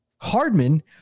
Hardman